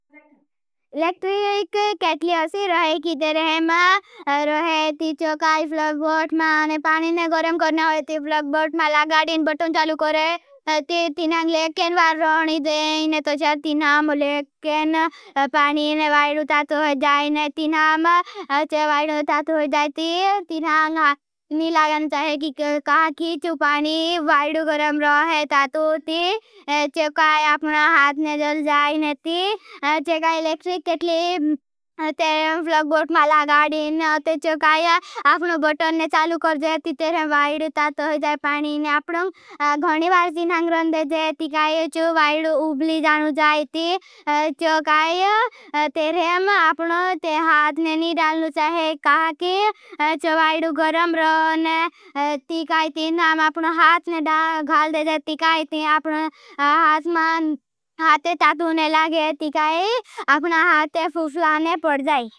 लेक्ट्रीक केटलियोसी रोहे कीते रहे। मा रोहे ती चोकाई फ्लगबोट मा ने पानीने गरम करने होई। ती फ्लगबोट मा लगाड़ेन बटों चालू करे। ती तीनांग लेकेन वार रोहनी देन। तोछे ती नांग लेकेन पानीने वाईड़ू तातू हो जाएने ती नांग नी लागान चाहे। कि कहा की चु पानी वाईड़ू गरम रोहे तातू ती चोकाई आपना हाथने जल जाएने। ती चोकाई लेक्ट्रीक केटलियोसी ती ती नांग लेकेन फ्लगबोट मा लगाड़ेन ती चोकाई। आपना बटों चालू कर जाएने। ती ती तेरें वाईड़ चाहे कहा की चु पानी वाईड़ू गरम रोहे ती खैती नांग ऊपना हाथने गखाल देखे। ती कहा की आपना हाथने हाथे चातु ने लागे। ती कहा की अपना हाथे फूफलाने पड़ जायी।